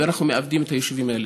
ואנחנו מאבדים את היישובים האלה.